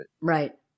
Right